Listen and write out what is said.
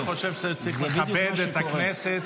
לא, לא, אני חושב שצריך לכבד את הכנסת.